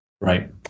Right